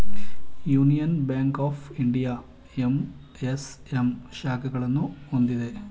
union Bank of India MSM ಶಾಖೆಗಳನ್ನು ಹೊಂದಿದೆ